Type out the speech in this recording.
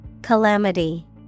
Calamity